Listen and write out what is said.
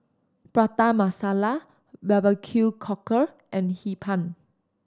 Prata Masala barbecue cockle and Hee Pan